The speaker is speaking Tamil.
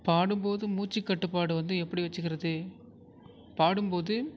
பாடும்போது மூச்சுக்கட்டுப்பாடு வந்து எப்படி வச்சுக்கிறது பாடும்போது